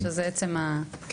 שזה עצם הפתיחות.